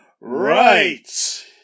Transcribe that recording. right